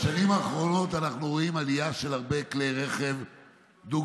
בשנים האחרונות אנחנו רואים עלייה של הרבה כלי רכב דו-גלגליים,